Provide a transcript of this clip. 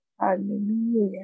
Hallelujah